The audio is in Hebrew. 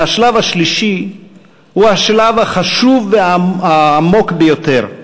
והשלב השלישי הוא השלב החשוב והעמוק ביותר: